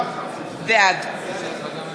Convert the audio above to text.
בעד